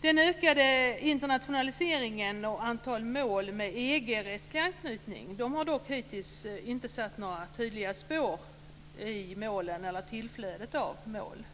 Den ökade internationaliseringen och antalet mål med EG-rättslig anknytning har dock hittills inte satt några tydliga spår i målen eller tillflödet av mål.